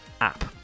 app